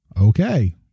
Okay